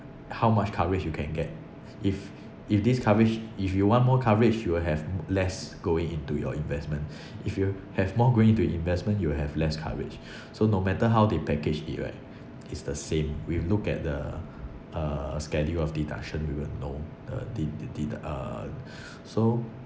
how much coverage you can get if if this coverage if you want more coverage you will have less going into your investment if you have more going into investment you will have less coverage so no matter how they package it right it's the same we look at the uh schedule of deduction we will know the det~ the det~ uh so